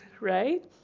right